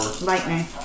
lightning